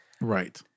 right